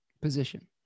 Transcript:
position